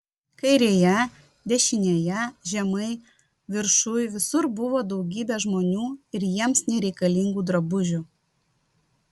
kairėje dešinėje žemai viršuj visur buvo daugybė žmonių ir jiems nereikalingų drabužių